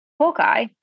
Hawkeye